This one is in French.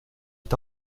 est